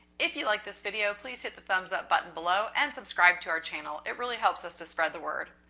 if you like this video, please hit the thumbs up button below and subscribe to our channel. it really helps us to spread the word.